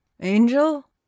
Angel